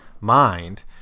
mind